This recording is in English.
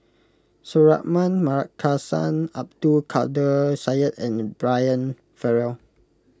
Suratman Markasan Abdul Kadir Syed and Brian Farrell